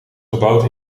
gebouwd